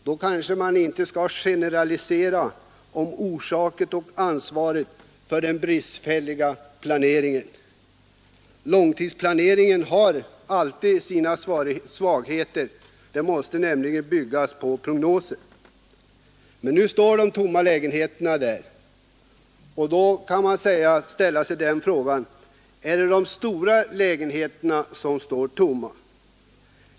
Då kanske man inte skall generalisera om orsaken till och ansvaret för den bristfälliga planeringen. Långtidsplaneringen har alltid sina svagheter. Den måste nämligen byggas på prognoser. Men nu står de tomma lägenheterna där. Då kan man ställa frågan: Är det de stora lägenheterna som står tomma?